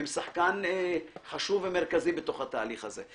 הם שחקן חשוב ומרכזי בתוך התהליך הזה.